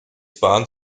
bahnt